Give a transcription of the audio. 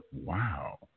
wow